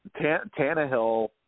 Tannehill